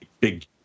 big